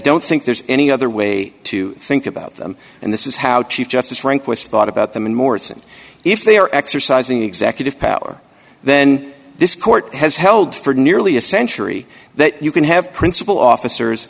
don't think there's any other way to think about them and this is how cheap justice rehnquist's thought about them and more thing if they are exercising executive power then this court has held for nearly a century that you can have principle officers